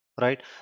right